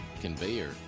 conveyor